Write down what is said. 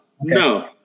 no